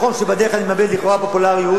נכון שבדרך אני מאבד לכאורה פופולריות,